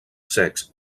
secs